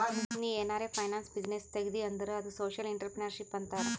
ನೀ ಏನಾರೆ finance business ತೆಗ್ದಿ ಅಂದುರ್ ಅದು ಸೋಶಿಯಲ್ ಇಂಟ್ರಪ್ರಿನರ್ಶಿಪ್ ಅಂತಾರ್